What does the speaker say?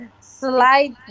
slide